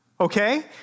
Okay